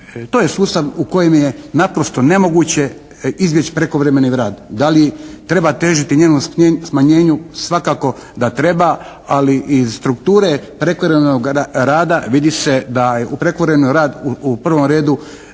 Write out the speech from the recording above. to je sustav u kojem je naprosto nemoguće izvesti prekovremeni rad. Da li treba težiti njegovom smanjenju? Svakako da treba, ali iz strukture prekovremenog rada vidi se da je u prekovremeni rad u prvom redu